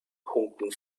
punkten